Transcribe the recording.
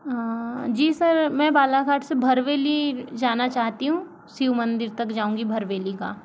हाँ जी सर मैं बालाघाट से भरवेली जाना चाहती हूँ शिव मंदिर तक जाऊँगी भरवेली का